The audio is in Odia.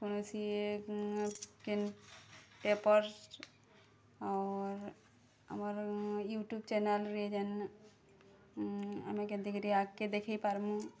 କୌଣସି କିନ୍ ପେପରସ୍ ଔର୍ ଆମର୍ ୟୁଟ୍ୟୁବ୍ ଚ୍ୟାନେଲ୍ରେ ଯେନ୍ ଆମେ କେନ୍ତି କିରି ଆଗ୍କେ ଦେଇ ପାର୍ମୁଁ